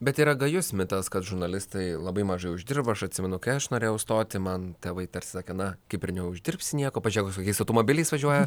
bet yra gajus mitas kad žurnalistai labai mažai uždirba aš atsimenu kai aš norėjau stoti man tėvai tarsi sakė na kaip ir neuždirbsi nieko pažiūrėk su kokiais automobiliais važiuoja